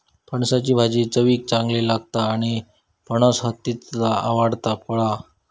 फणसाची भाजी चवीक चांगली लागता आणि फणस हत्तीचा आवडता फळ हा